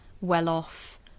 well-off